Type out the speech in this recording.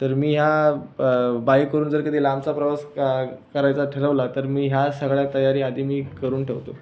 तर मी या बाइकवरून जर कधी लांबचा प्रवास करायचा ठरवला तर मी ह्या सगळ्या तयाऱ्या आधी मी करून ठेवतो